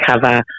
cover